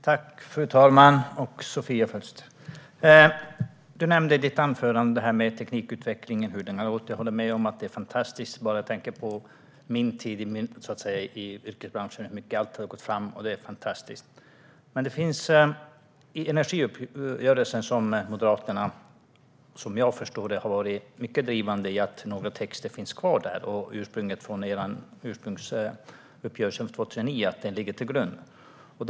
Fru talman! Sofia Fölster nämnde i sitt anförande hur det har gått med teknikutvecklingen. Jag håller med om att det är fantastiskt. Jag tänker på hur snabbt allt har gått framåt bara under min tid i branschen. I energiöverenskommelsen har Moderaterna, som jag förstår det, varit mycket drivande när det gäller att några texter från ursprungsuppgörelsen från 2009 finns kvar.